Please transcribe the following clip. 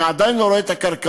אני עדיין לא רואה את הקרקעות.